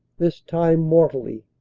this time mortally,